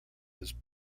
his